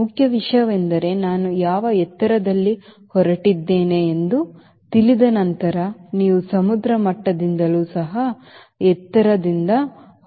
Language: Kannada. ಮುಖ್ಯ ವಿಷಯವೆಂದರೆ ನಾನು ಯಾವ ಎತ್ತರದಲ್ಲಿ ಹೊರಟಿದ್ದೇನೆ ಎಂದು ತಿಳಿದ ನಂತರ ನೀವು ಸಮುದ್ರ ಮಟ್ಟದಿಂದಲೂ ಸಹ ಎತ್ತರದಿಂದ ಹೊರಹೋಗಬಹುದು